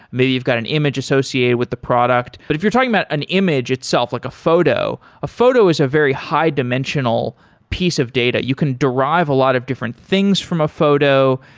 maybe you've got an image associated with the product but if you're talking about an image itself like a photo, a photo is a very high-dimensional piece of data. you can derive a lot of different things from a photo,